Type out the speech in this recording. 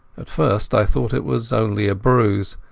at first i thought it was only a bruise,